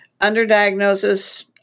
Underdiagnosis